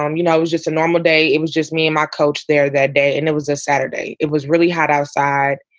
um you know, i was just a normal day. it was just me and my coach there that day, and it was a saturday. it was really hot outside.